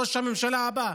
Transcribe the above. ראש הממשלה הבא".